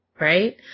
Right